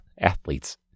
athletes